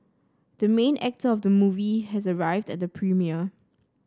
the main actor of the movie has arrived at the premiere